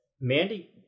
Mandy